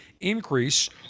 increase